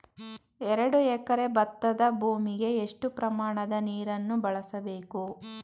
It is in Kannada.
ಎರಡು ಎಕರೆ ಭತ್ತದ ಭೂಮಿಗೆ ಎಷ್ಟು ಪ್ರಮಾಣದ ನೀರನ್ನು ಬಳಸಬೇಕು?